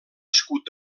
escut